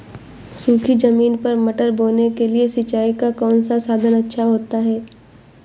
सूखी ज़मीन पर मटर बोने के लिए सिंचाई का कौन सा साधन अच्छा होता है?